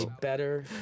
better